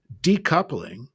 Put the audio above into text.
decoupling